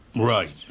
Right